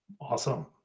Awesome